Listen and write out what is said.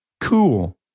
Cool